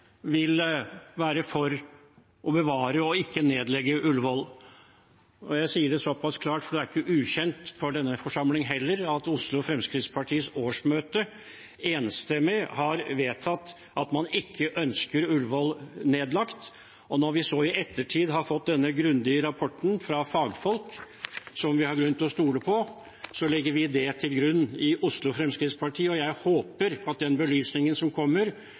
vil være for å bevare, og ikke nedlegge, Ullevål. Og jeg sier det så pass klart, for det er heller ikke ukjent for denne forsamling at Oslo Fremskrittspartis årsmøte enstemmig har vedtatt at man ikke ønsker Ullevål nedlagt. Når vi så i ettertid har fått denne grundige rapporten fra fagfolk, som vi har grunn til å stole på, legger vi det til grunn i Oslo Fremskrittsparti, og jeg håper at den belysningen som kommer,